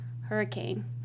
hurricane